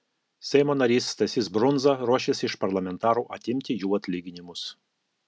seimo narys stasys brundza ruošiasi iš parlamentarų atimti jų atlyginimus